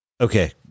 Okay